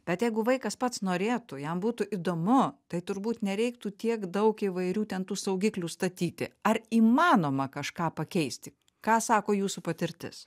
bet jeigu vaikas pats norėtų jam būtų įdomu tai turbūt nereiktų tiek daug įvairių ten tų saugiklių statyti ar įmanoma kažką pakeisti ką sako jūsų patirtis